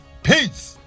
Peace